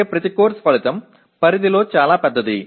అంటే ప్రతి కోర్సు ఫలితం పరిధిలో చాలా పెద్దది